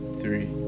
three